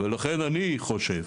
לכן אני חושב,